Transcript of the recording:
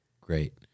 Great